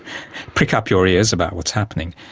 prick up your ears about what's happening.